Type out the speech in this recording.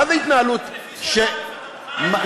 מה זה התנהלות, אתה מוכן?